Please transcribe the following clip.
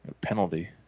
Penalty